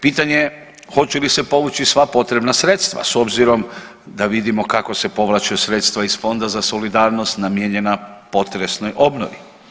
Pitanje je hoće li se povući sva potrebna sredstva s obzirom da vidimo kako se povlače sredstava iz Fonda za solidarnost namijenjena potresnoj obnovi?